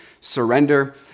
surrender